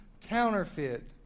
counterfeit